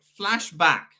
flashback